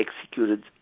executed